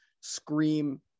scream